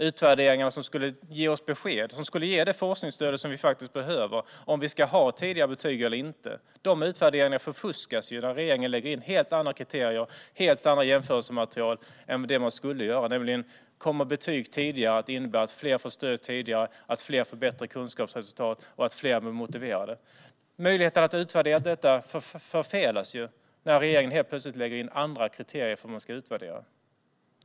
Utvärderingarna som skulle ge oss ge oss det forskningsstöd vi behöver och besked om vi ska ha tidiga betyg eller inte förfuskas när regeringen lägger in helt andra kriterier och helt annat jämförelsematerial än den skulle i det som ska utvärderas, det vill säga om betyg tidigare kommer att innebära att fler får stöd tidigare, att fler får bättre kunskapsresultat och att fler blir motiverade. Möjligheten att utvärdera detta förfelas ju när regeringen helt plötsligt lägger in andra kriterier för hur man ska utvärdera.